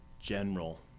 general